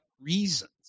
reasons